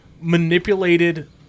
manipulated